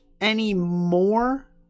anymore